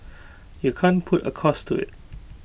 you can't put A cost to IT